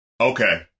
Okay